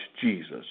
Jesus